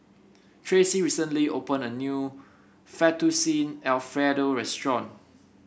Tracie recently opened a new Fettuccine Alfredo Restaurant